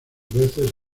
veces